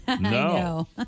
No